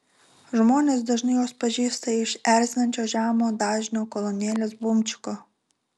žmonės dažnai juos pažįsta iš erzinančio žemo dažnio kolonėlės bumčiko